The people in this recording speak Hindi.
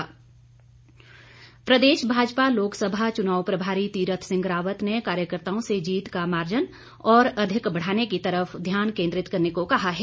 रावत प्रदेश भाजपा लोकसभा चुनाव प्रभारी तीरथ सिंह रावत ने कार्यकर्ताओं से जीत का मार्जन और अधिक बढ़ाने की तरफ ध्यान केंद्रित करने को कहा है